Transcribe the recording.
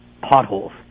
potholes